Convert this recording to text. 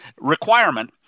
requirement